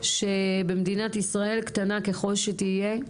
שבמדינת ישראל קטנה ככל שתהיה,